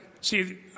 see